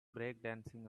breakdancing